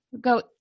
go